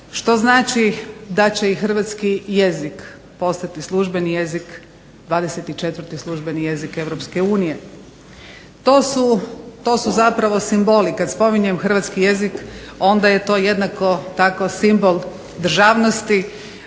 Što znači da će i hrvatski jezik postati službeni jezik, 24 službeni jezik EU. To su zapravo simboli. Kad spominjem hrvatski jezik onda je to jednako tako simbol državnosti,